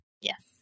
Yes